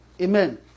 Amen